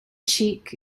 cheek